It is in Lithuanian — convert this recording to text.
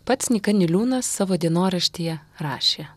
pats nyka niliūnas savo dienoraštyje rašė